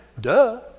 Duh